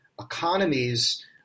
economies